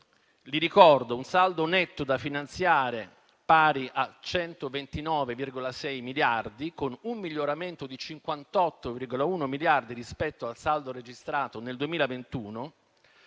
un saldo netto da finanziare pari a 129,6 miliardi, con un miglioramento di 58,1 miliardi rispetto al saldo registrato nel 2021;